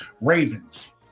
ravens